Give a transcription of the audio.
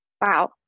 wow